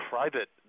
private